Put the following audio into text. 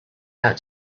out